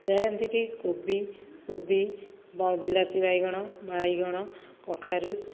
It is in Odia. କୋବି କୋବି ବିଲାତି ବାଇଗଣ ବାଇଗଣ କଖାରୁ